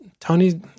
Tony